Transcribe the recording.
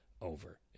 over